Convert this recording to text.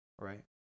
right